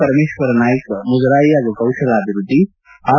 ಪರಮೇಶ್ವರ ನಾಯ್ಕ್ ಮುಜರಾಯಿ ಹಾಗೂ ಕೌಶಲಾಭಿವೃದ್ದಿ ಆರ್